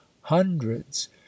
hundreds